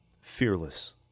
fearless